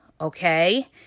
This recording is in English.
okay